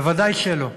בוודאי שלא.